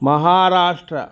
महाराष्ट्रम्